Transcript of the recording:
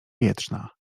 wietrzna